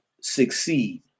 succeed